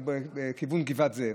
בכיוון גבעת זאב.